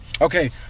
Okay